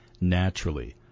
naturally